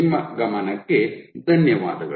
ನಿಮ್ಮ ಗಮನಕ್ಕೆ ಧನ್ಯವಾದಗಳು